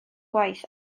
gwaith